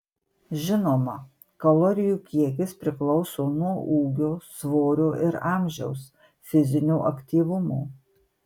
žinoma kalorijų kiekis priklauso nuo ūgio svorio ir amžiaus fizinio aktyvumo